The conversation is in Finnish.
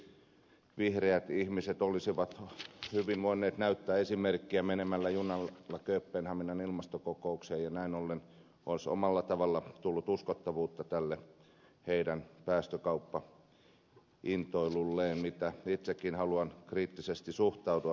erityisesti vihreät ihmiset olisivat hyvin voineet näyttää esimerkkiä menemällä junalla kööpenhaminan ilmastokokoukseen ja näin ollen olisi omalla tavalla tullut uskottavuutta tälle heidän päästökauppaintoilulleen mihin itse haluan kriittisesti suhtautua